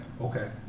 Okay